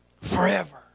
Forever